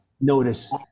notice